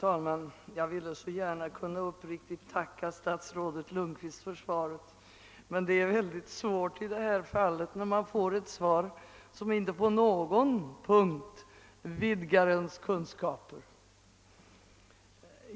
Herr talman! Jag skulle önska att jag uppriktigt kunde tacka statsrådet Lundkvist för svaret, men det är mycket svårt när det inte på någon punkt vidgar mina kunskaper.